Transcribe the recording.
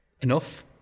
Enough